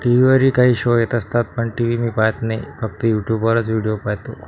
T व्हीवरही काही शो येत असतात पण टी व्ही मी पाहत नाही फक्त युट्युबवरच व्हिडीओ पाहतो